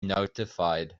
notified